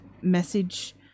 message